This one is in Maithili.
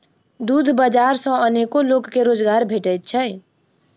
दूध बाजार सॅ अनेको लोक के रोजगार भेटैत छै